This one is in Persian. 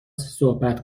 صحبت